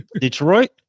detroit